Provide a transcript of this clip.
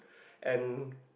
and